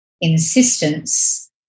insistence